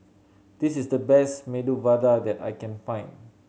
this is the best Medu Vada that I can find